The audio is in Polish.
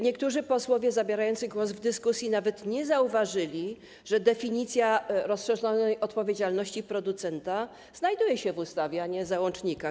Niektórzy posłowie zabierający głos w dyskusji nawet nie zauważyli, że definicja rozszerzonej odpowiedzialności producenta znajduje się w ustawie, a nie w załącznikach.